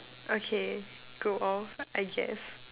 okay go off I guess